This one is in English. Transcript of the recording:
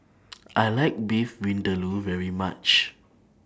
I like Beef Vindaloo very much